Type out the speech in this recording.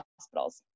Hospitals